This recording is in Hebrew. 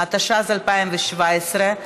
התשע"ח 2017,